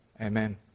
Amen